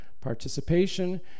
Participation